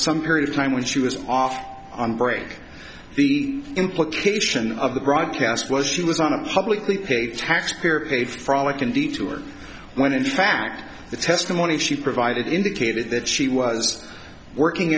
some period of time when she was off on break the implication of the broadcast was she was on a publicly paid taxpayer paid for all it can be to her when in fact the testimony she provided indicated that she was working